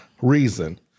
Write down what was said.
Reason